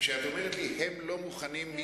כשאת אומרת לי: הם לא מוכנים,